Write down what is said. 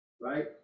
right